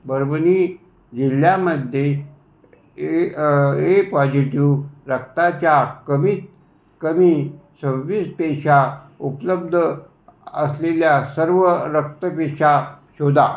परभणी जिल्ह्यामध्ये A A positive रक्ताच्या कमीत कमी सव्वीस पिशव्या उपलब्ध असलेल्या सर्व रक्तपेशा शोधा